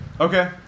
Okay